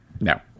no